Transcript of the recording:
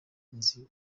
nzi